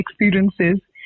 experiences